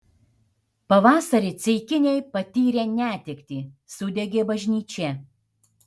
pavasarį ceikiniai patyrė netektį sudegė bažnyčia